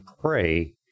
pray